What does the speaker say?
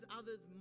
others